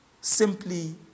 simply